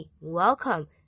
welcome